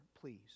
please